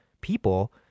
people